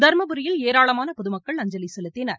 தருமபுரியில் ஏராளமான பொதுமக்கள் அஞ்சலி செலுத்தினர்